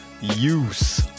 Use